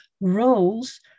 roles